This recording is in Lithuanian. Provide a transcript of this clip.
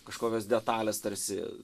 kažkokios detalės tarsi